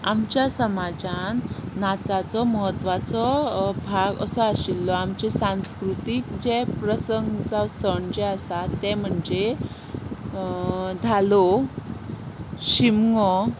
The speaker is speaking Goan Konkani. आमच्या समाजान नाचाचो म्हत्वाचो भाग असो आशिल्लो आमचे सांस्कृतीक जे प्रसंग जावं सण जे आसा ते म्हणजे धालो शिगमो